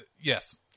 yes